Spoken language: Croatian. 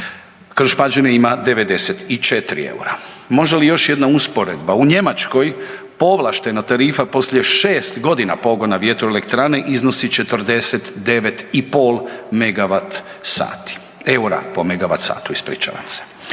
Krš-Pađene ima 94 RUR-a. Može li još jedna usporedba? U Njemačkoj povlaštena tarifa poslije 6.g. pogona vjetroelektrane iznosi 49,5 megavat sati, EUR-a po megavat satu, ispričavam se.